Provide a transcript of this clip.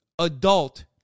adult